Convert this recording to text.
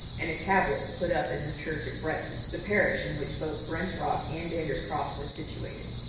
and a tablet put up in the church at bretten, the parish in which both brent's rock and dander's croft were situated.